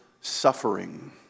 suffering